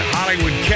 Hollywood